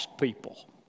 people